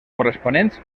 corresponents